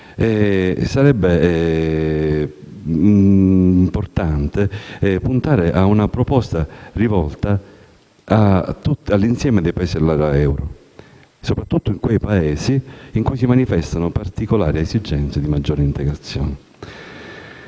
sarebbe importante puntare ad una proposta rivolta all'insieme dei Paesi dell'area euro, soprattutto in quei Paesi in cui si manifestano particolari esigenze di maggiore integrazione.